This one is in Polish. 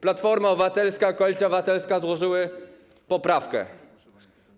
Platforma Obywatelska, Koalicja Obywatelska złożyła poprawkę.